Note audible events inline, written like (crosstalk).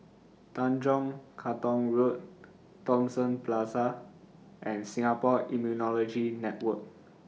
Tanjong Katong Road (noise) Thomson Plaza and Singapore Immunology Network